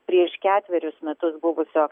prieš ketverius metus buvusio